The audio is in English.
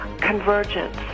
convergence